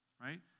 Right